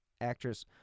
actress